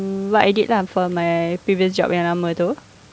what I did lah for my previous job